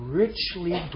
richly